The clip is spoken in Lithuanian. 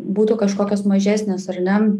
būtų kažkokios mažesnės ar ne